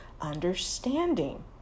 understanding